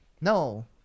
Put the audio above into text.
No